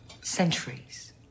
Centuries